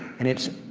and it's